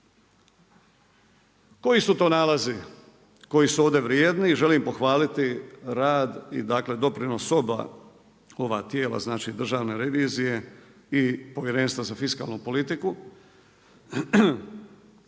Koji su to nalazi koji su ovdje vrijedni i želim iz pohvaliti rad i doprinos oba ova tijela, znači Državne revizije i Povjerenstva za fiskalnu politiku?